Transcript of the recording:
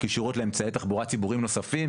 קישוריות לאמצעי תחבורה ציבוריים נוספים,